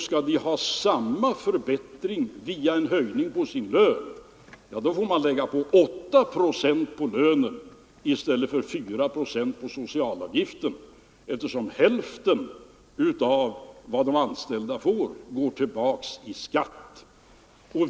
Skall de ha samma förbättring via en höjning av sin lön, får man lägga 8 procent på lönen eftersom hälften av vad de anställda får går tillbaka i skatt.